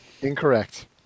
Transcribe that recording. Incorrect